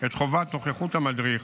את חובת נוכחות המדריך